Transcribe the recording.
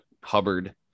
Hubbard